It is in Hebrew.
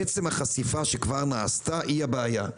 עצם החשיפה שכבר נעשה, היא הבעיה.